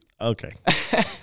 Okay